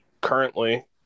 currently